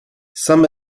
some